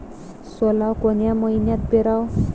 सोला कोन्या मइन्यात पेराव?